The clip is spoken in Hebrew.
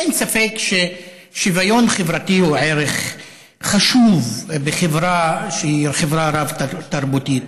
אין ספק ששוויון חברתי הוא ערך חשוב בחברה שהיא חברה רב-תרבותית,